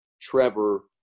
Trevor